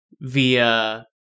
via